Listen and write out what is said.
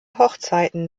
hochzeiten